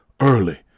early